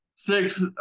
Six